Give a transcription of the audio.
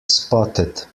spotted